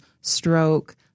stroke